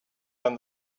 than